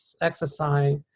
exercise